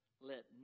let